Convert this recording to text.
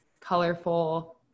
colorful